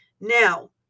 now